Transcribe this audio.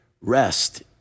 Rest